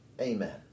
amen